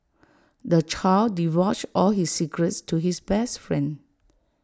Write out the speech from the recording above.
the child divulged all his secrets to his best friend